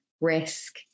risk